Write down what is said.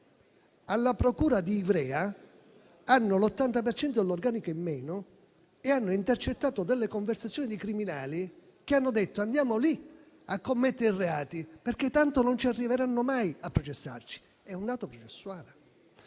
Alla procura di Ivrea hanno l'80 per cento dell'organico in meno e hanno intercettato delle conversazioni di criminali che proponevano di andare lì a commettere reati perché tanto non sarebbero mai arrivati a processarli. È un dato processuale.